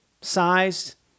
sized